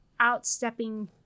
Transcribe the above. outstepping